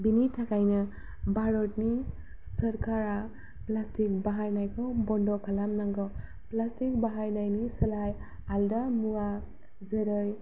बिनि थाखायनो भारतनि सरखारा प्लास्टिक बाहायनायखौ बन्द खालाम नांगौ प्लास्टिक बाहायनायनि सोलाय आलदा मुवा जेरै